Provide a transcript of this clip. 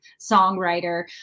songwriter